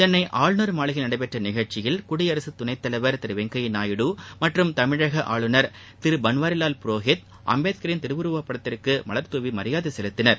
சென்னை ஆளுநர் மாளிகையில் நடைபெற்ற நிகழ்ச்சியில் குடியரசுத் துணைத் தலைவர் திரு வெங்கய்யா நாயுடு மற்றும் தமிழக ஆளுநர் திரு பன்வாரிலால் புரோஹித் அம்பேத்கரின் திருவுருவப் படத்திற்கு மலர் தூவி மரியாதை செலுத்தினர்